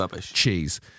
cheese